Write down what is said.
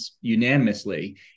unanimously